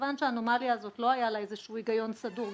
מכיוון שהאנומליה הזאת לא היה לה איזשהו היגיון סדור,